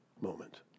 moment